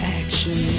action